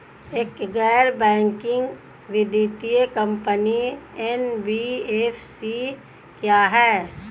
एक गैर बैंकिंग वित्तीय कंपनी एन.बी.एफ.सी क्या है?